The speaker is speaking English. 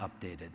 updated